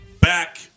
back